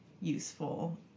useful